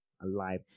alive